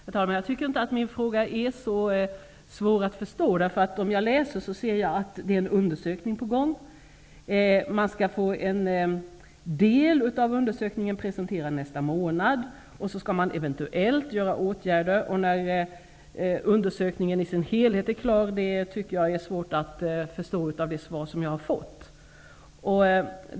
Herr talman! Jag tycker inte att min fråga är så svår att förstå. Av det jag läser förstår jag att en undersökning är på gång. Man skall få en del av undersökningen presenterad nästa månad. Sedan skall man eventuellt vidta åtgärder. När undersökningen i sin helhet kommer att vara klar tycker jag är svårt att förstå av det svar som jag har fått.